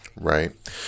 right